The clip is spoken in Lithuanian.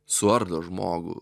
suardo žmogų